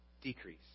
decrease